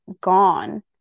gone